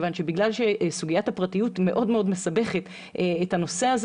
כיוון שבגלל שסוגיית הפרטיות מאוד מסבכת את הנושא הזה